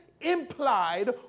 implied